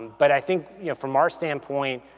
but i think yeah from our standpoint,